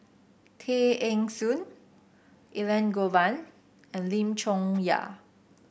Tay Eng Soon Elangovan and Lim Chong Yah